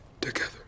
together